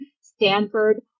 Stanford